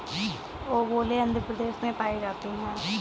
ओंगोले आंध्र प्रदेश में पाई जाती है